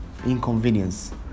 inconvenience